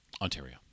Ontario